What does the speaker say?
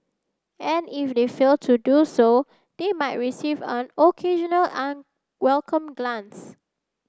and if they fail to do so they might receive an occasional unwelcome glance